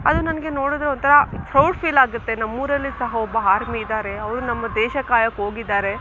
ಅದು ನನಗೆ ನೋಡಿದರೆ ಒಂಥರ ಪ್ರೌಡ್ ಫೀಲ್ ಆಗುತ್ತೆ ನಮ್ಮೂರಲ್ಲಿ ಸಹ ಒಬ್ಬ ಹಾರ್ಮಿ ಇದ್ದಾರೆ ಅವರು ನಮ್ಮ ದೇಶ ಕಾಯೋಕ್ಕೋಗಿದ್ದಾರೆ